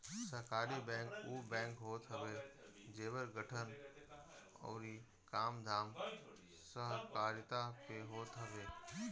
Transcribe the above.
सहकारी बैंक उ बैंक होत हवे जेकर गठन अउरी कामधाम सहकारिता पे होत हवे